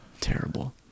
Terrible